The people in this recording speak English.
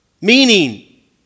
meaning